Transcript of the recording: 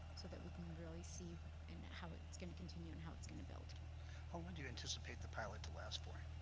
so, that we can really see and how it's going continue and how it's going to build. um how long do you anticipate the pilot to last for?